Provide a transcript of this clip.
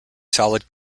solid